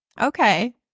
okay